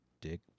Dick